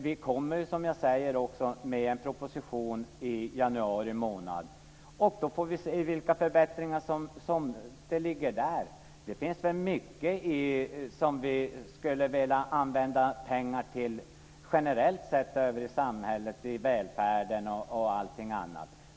Vi kommer, som jag säger, också med en proposition i januari. Då får vi se vilka förbättringar som ligger där. Det finns väl mycket som vi skulle vilja använda pengar till generellt sett i samhället; välfärden och allting annat.